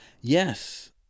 Yes